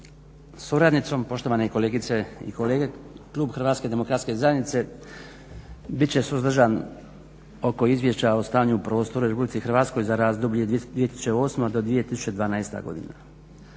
suradnicom, poštovane kolegice i kolege. Klub HDZ bit će suzdržan oko Izvješća o stanju u prostoru u RH za razdoblje 2008. do 2012. godina.